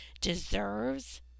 deserves